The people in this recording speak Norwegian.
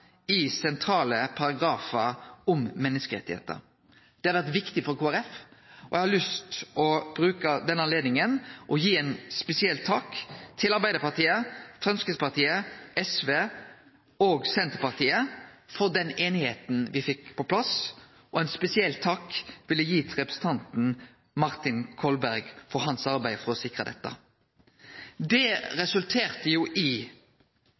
i sentrale paragrafar om menneskerettar. Det har vore viktig for Kristeleg Folkeparti, og eg har lyst til å bruke denne anledninga til å gi ein spesiell takk til Arbeidarpartiet, Framstegspartiet, SV og Senterpartiet for den einigheita me fekk på plass, og ein spesiell takk vil eg gi til representanten Martin Kolberg for hans arbeid for å sikre dette. Det resulterte i